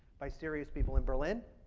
by serious people in berlin,